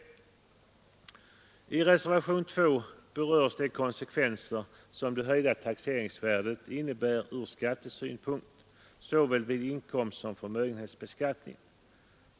I reservationen 2 berörs de konsekvenser som det höjda taxeringsvärdet får ur skattesynpunkt vid såväl inkomstsom förmögenhetsbeskattning.